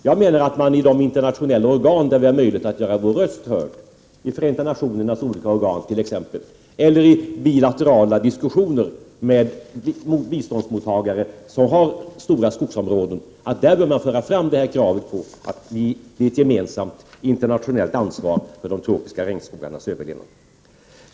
Jag menar att vi i de internationella organ där vi har möjlighet att göra vår röst hörd, i Förenta nationernas olika organ t.ex. eller i bilaterala diskussioner med biståndsmottagare som har stora skogsområden, bör föra fram kravet på att vi skall ta ett gemensamt internationellt ansvar för de tropiska regnskogarnas överlevnad.